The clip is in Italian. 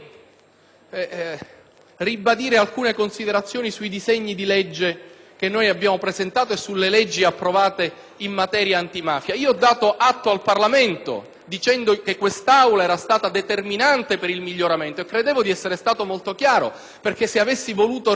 da noi presentati e sulle leggi già approvate in materia antimafia. Ho dato atto al Parlamento del fatto che quest'Aula era stata determinante per il miglioramento. Credevo di essere stato molto chiaro. Se avessi voluto ringraziare soltanto la mia maggioranza lo avrei fatto esplicitamente.